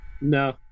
No